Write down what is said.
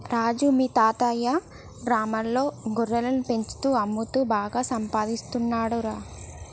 రాజు మీ తాతయ్యా గ్రామంలో గొర్రెలను పెంచుతూ అమ్ముతూ బాగా సంపాదిస్తున్నాడురా